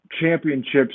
championships